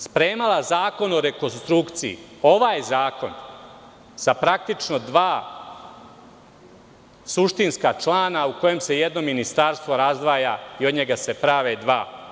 Spremala zakon o rekonstrukciji, ovaj zakon, sa praktičnom dva suštinska člana u kojem se jedno ministarstvo razdvaja i od njega se prave dva.